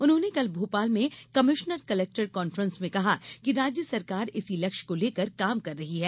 उन्होंने कल भोपाल में कमिश्नर कलेक्टर कान्फ्रेंस में कहा कि राज्य सरकार इसी लक्ष्य को लेकर काम कर रही है